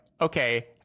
okay